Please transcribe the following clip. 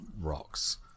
rocks